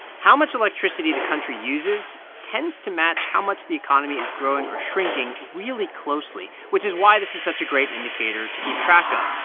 how much electricity the country uses tends to match how much the economy is growing or shrinking really closely, which is why this is such a great indicator to keep track of.